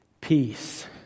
peace